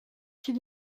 qu’il